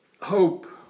hope